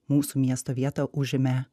mūsų miesto vietą užėmė